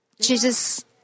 Jesus